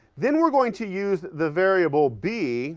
then we're going to use the variable b